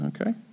okay